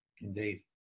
Indeed